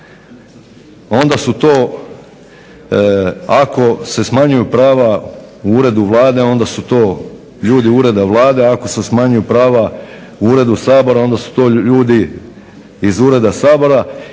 Onda su to ako se smanjuju prava u uredu Vlade onda su to ljudi Ureda Vlade, ako se smanjuju prava Uredu Sabora onda su to ljudi iz Ureda Sabora.